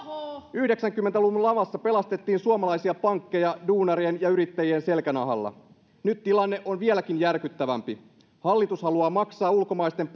yhdeksänkymmentä luvun lamassa pelastettiin suomalaisia pankkeja duunarien ja yrittäjien selkänahalla nyt tilanne on vieläkin järkyttävämpi hallitus haluaa maksaa ulkomaisten